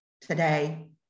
today